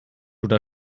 oder